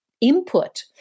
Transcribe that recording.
input